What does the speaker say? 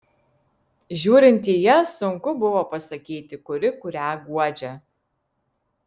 žiūrint į jas sunku buvo pasakyti kuri kurią guodžia